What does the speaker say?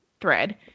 thread